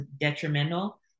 detrimental